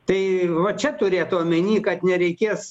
tai čia turėta omeny kad nereikės